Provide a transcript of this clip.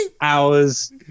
hours